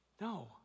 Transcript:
no